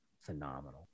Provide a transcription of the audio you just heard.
phenomenal